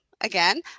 again